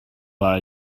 but